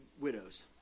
widows